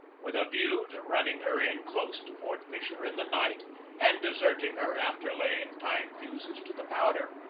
with a view to running her in close to fort fisher in the night and deserting her after laying time fuses to the powder.